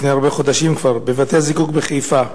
לפני הרבה חודשים בבתי-הזיקוק בחיפה,